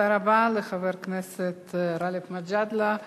תודה רבה לחבר הכנסת גאלב מג'אדלה.